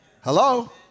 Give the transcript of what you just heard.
Hello